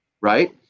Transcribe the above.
right